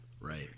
Right